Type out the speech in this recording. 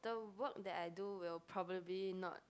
the work that I do will probably not